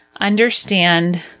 understand